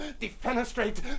Defenestrate